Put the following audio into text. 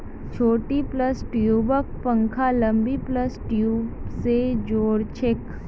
छोटी प्लस ट्यूबक पंजा लंबी प्लस ट्यूब स जो र छेक